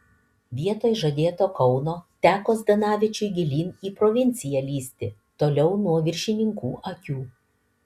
vietoj žadėto kauno teko zdanavičiui gilyn į provinciją lįsti toliau nuo viršininkų akių